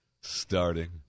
starting